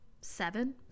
seven